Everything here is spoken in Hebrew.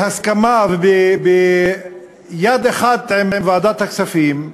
בהסכמה וביד אחת עם ועדת הכספים,